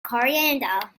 coriander